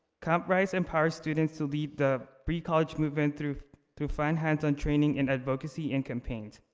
camp rice empowers students to lead the free college movement through through fine hands-on training and advocacy and campaigns.